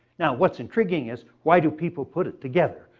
now what's intriguing is why do people put it together?